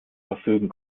verfügen